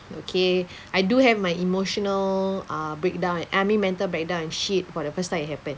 okay I do have my emotional uh breakdown ah I mean mental breakdown and shit for the first time it happened